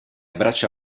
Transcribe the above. braccia